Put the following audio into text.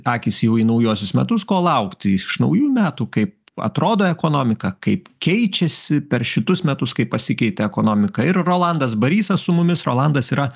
akys jau į naujuosius metus ko laukti iš naujų metų kaip atrodo ekonomika kaip keičiasi per šitus metus kaip pasikeitė ekonomika ir rolandas barysas su mumis rolandas yra